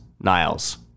Niles